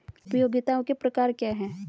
उपयोगिताओं के प्रकार क्या हैं?